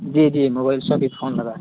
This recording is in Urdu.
جی جی موبائل شاپ ہی فون لگایا ہے